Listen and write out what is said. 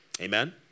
Amen